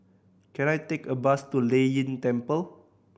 can I take a bus to Lei Yin Temple